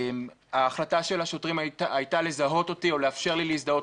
ההחלטה של השוטרים הייתה לזהות אותי או לאפשר לי להזדהות